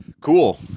Cool